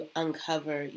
uncover